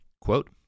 Quote